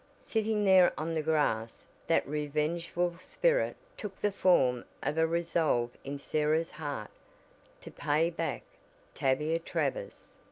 sitting there on the grass that revengeful spirit took the form of a resolve in sarah's heart to pay back tavia travers.